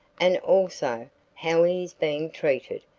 and also how he is being treated,